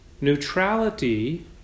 Neutrality